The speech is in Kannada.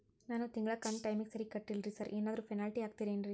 ನಾನು ತಿಂಗ್ಳ ಕಂತ್ ಟೈಮಿಗ್ ಸರಿಗೆ ಕಟ್ಟಿಲ್ರಿ ಸಾರ್ ಏನಾದ್ರು ಪೆನಾಲ್ಟಿ ಹಾಕ್ತಿರೆನ್ರಿ?